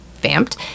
Vamped